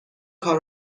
کار